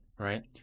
right